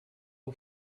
you